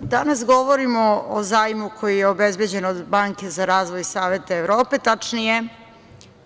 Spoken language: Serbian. danas govorimo o zajmu koji je obezbeđen od Banke za razvoj Saveta Evrope, tačnije